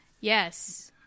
Yes